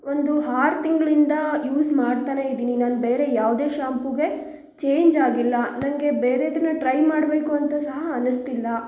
ಒಂದು ಆರ್ ತಿಂಗಳಿಂದ ಯೂಸ್ ಮಾಡ್ತನೇ ಇದ್ದೀನಿ ನಾನು ಬೇರೆ ಯಾವುದೇ ಶಾಂಪುಗೆ ಚೇಂಜಾಗಿಲ್ಲ ನನಗೆ ಬೇರೆದನ್ನು ಟ್ರೈ ಮಾಡಬೇಕು ಅಂತ ಸಹ ಅನಿಸ್ತಿಲ್ಲ